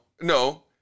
no